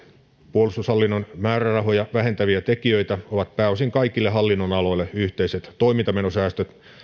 puolustushallinnon määrärahoja vähentäviä tekijöitä ovat pääosin kaikille hallinnonaloille yhteiset toimintamenosäästöt